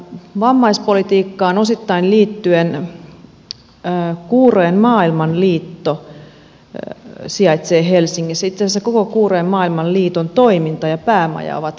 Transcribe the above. vammaispolitiikkaan osittain liittyen kuurojen maailmanliitto sijaitsee helsingissä itse asiassa koko kuurojen maailmanliiton toiminta ja päämaja on helsingissä